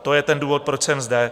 To je ten důvod, proč jsem zde.